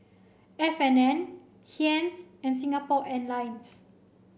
F and N Heinz and Singapore Airlines